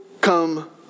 come